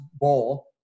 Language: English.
bowl